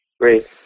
Great